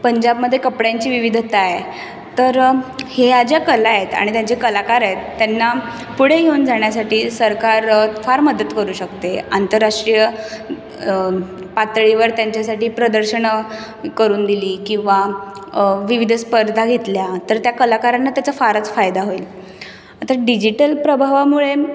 पंजाबमध्ये कपड्यांची विविधता आहे तर ह्या ज्या कला आहेत आणि त्यांचे कलाकार आहेत त्यांना पुढे घेऊन जाण्यासाठी सरकार फार मदत करू शकते आंतरराष्ट्रीय पातळीवर त्यांच्यासाठी प्रदर्शनं करून दिली किंवा विविध स्पर्धा घेतल्या तर त्या कलाकारांना त्याचा फारच फायदा होईल आता डिजिटल प्रभावामुळे